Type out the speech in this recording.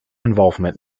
involvement